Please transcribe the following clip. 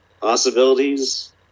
possibilities